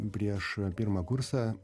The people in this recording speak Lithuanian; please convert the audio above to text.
prieš pirmą kursą